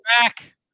back